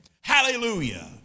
Hallelujah